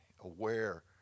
aware